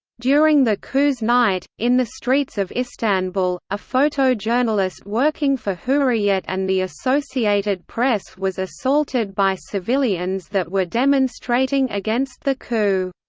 during the coup's night, in the streets of istanbul, a photojournalist working for hurriyet and the associated press was assaulted by civilians that were demonstrating against the coup.